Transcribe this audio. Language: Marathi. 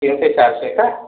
तीनशे चारशे का